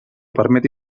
permeti